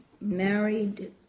married